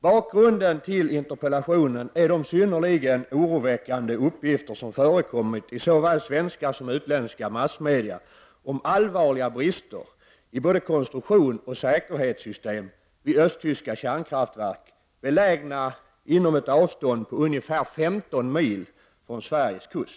Bakgrunden till interpellationen är de synnerligen oroväckande uppgifter som förekommit i såväl svenska som utländska massmedia om allvarliga brister i både konstruktion och säkerhetssystem vid östtyska kärnkraftverk belägna inom ett avstånd på ungefär femton mil från Sveriges kust.